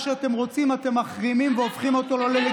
אבל אני שואלת, אל תשאלי ואל